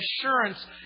assurance